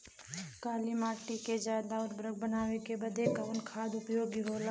काली माटी के ज्यादा उर्वरक बनावे के बदे कवन खाद उपयोगी होला?